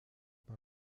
par